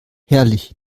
herrlich